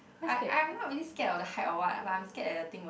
I I'm not really scared of the height or what but I'm scared that the thing would